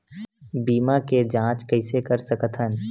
बीमा के जांच कइसे कर सकत हन?